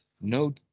no